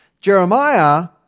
Jeremiah